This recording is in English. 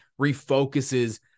refocuses